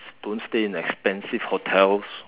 don't stay in expensive hotels